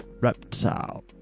Reptile